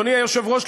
אדוני היושב-ראש,